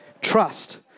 Trust